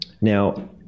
Now